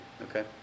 okay